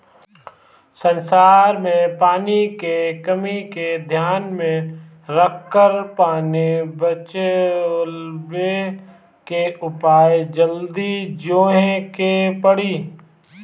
संसार में पानी के कमी के ध्यान में रखकर पानी बचवले के उपाय जल्दी जोहे के पड़ी